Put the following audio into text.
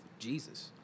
jesus